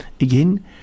Again